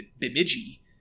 Bemidji